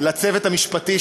לצוות המשפטי,